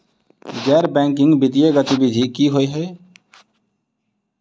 गैर बैंकिंग वित्तीय गतिविधि की होइ है?